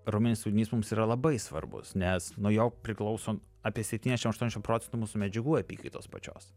raumeninis audinys mums yra labai svarbus nes nuo jo priklauso apie septyniasdešim aštuoniasdešim procentų mūsų medžiagų apykaitos pačios